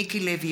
מיקי לוי,